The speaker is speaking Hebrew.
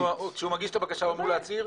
כשהוא מגיש את הבקשה הוא צריך להצהיר?